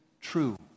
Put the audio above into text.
true